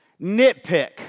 nitpick